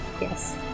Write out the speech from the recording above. Yes